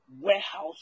warehouse